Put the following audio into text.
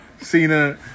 Cena